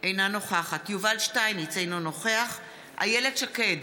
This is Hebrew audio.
אינה נוכחת יובל שטייניץ, אינו נוכח איילת שקד,